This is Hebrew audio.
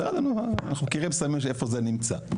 בסדר, אנחנו מכירים סמים איפה זה נמצא,